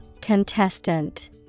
Contestant